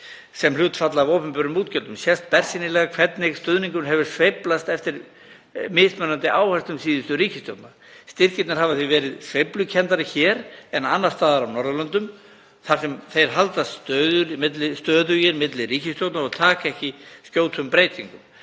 sem hlutfall af opinberum útgjöldum sést bersýnilega hvernig stuðningurinn hefur sveiflast eftir mismunandi áherslum síðustu ríkisstjórna. Styrkirnir hafa því verið sveiflukenndari hér en annars staðar á Norðurlöndum þar sem þeir haldast stöðugir milli ríkisstjórna og taka ekki skjótum breytingum.